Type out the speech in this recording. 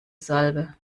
salbe